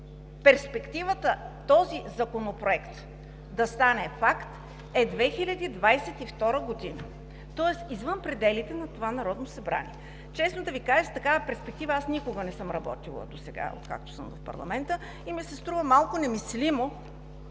перспективата този законопроект да стане факт, е 2022 г., тоест извън пределите на това Народно събрание. Честно да Ви кажа, с такава перспектива аз никога не съм работила досега, откакто съм в парламента и ми се струва малко немислимо